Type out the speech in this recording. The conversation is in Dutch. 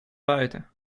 buiten